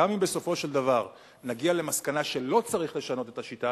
גם אם בסופו של דבר נגיע למסקנה שלא צריך לשנות את השיטה,